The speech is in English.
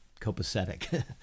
copacetic